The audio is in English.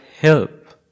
help